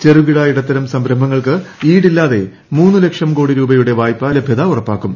ചെറുകിട ഇടത്തരം സംരംഭങ്ങൾക്ക് ഈടില്ലാതെ മൂന്നു ലക്ഷം കോടി രൂപയുടെ വായ്പലഭൃത ഉറപ്പാക്കും